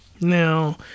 now